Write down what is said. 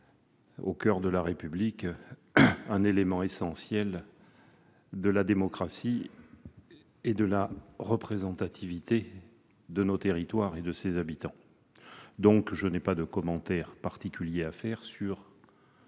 au coeur de la République, un élément essentiel de la démocratie et de la représentativité de nos territoires et de ses habitants. Je n'ai donc pas de commentaire particulier à faire sur